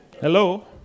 Hello